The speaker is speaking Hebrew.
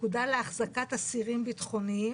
פקודה להחזקת אסירים ביטחוניים.